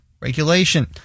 Regulation